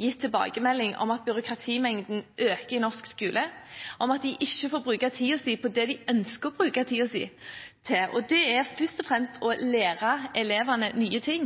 gitt tilbakemelding om at byråkratimengden øker i norsk skole, og at de ikke får bruke tiden sin på det de ønsker å bruke den til, og det er først og fremst å lære elevene nye ting.